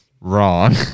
wrong